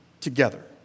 together